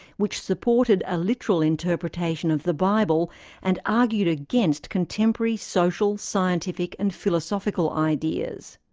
which supported a literal interpretation of the bible and argued against contemporary social, scientific and philosophical ideas.